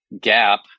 gap